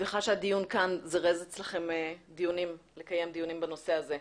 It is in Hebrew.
שמחה שהדיון כאן זירז אצלכם קיום דיונים בנושא הזה.